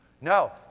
no